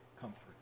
comfort